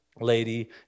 lady